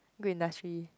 good industry